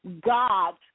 God